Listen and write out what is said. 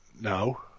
No